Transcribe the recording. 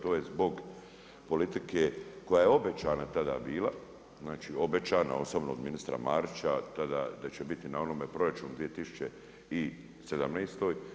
To je zbog politike koja je obećana tada bila, znači obećana osobno od ministra Marića, tada da će biti na onome proračunu 2017.